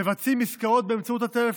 מבצעים עסקאות באמצעות הטלפון,